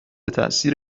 تاثیر